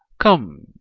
come,